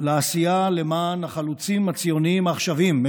לעשייה למען החלוצים הציונים העכשוויים,